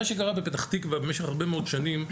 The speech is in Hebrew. מה שקרה בפתח תקווה במשך הרבה מאד שנים,